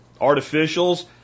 artificials